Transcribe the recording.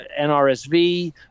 NRSV